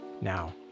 Now